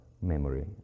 memory